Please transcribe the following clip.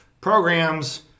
programs